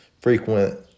frequent